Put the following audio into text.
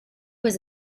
was